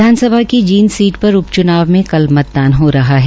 विधानसभा की जींद सीट पर उप च्नाव में कल मतदान हो रहा है